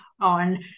on